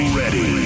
ready